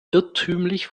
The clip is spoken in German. irrtümlich